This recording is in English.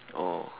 oh